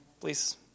Please